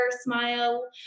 smile